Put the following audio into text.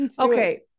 Okay